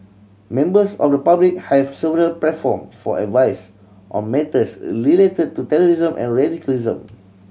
members of the public have several platform for advice on matters related to terrorism and radicalism